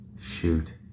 Shoot